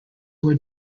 were